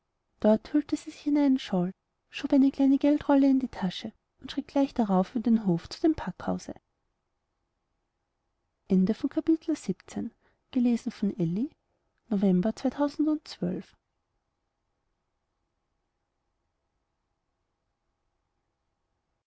dort hüllte sie sich in einen shawl schob eine kleine geldrolle in die tasche und schritt gleich darauf über den hof nach dem packhause